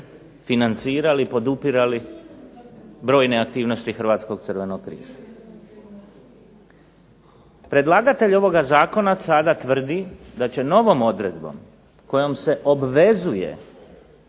financirali, podupirali brojne aktivnosti Hrvatskog crvenog križa. Predlagatelj ovoga zakona sada tvrdi da će novom odredbom kojom se obvezuje